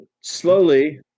slowly